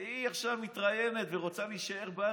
היא עכשיו מתראיינת והיא רוצה להישאר בארץ,